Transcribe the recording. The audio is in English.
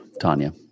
tanya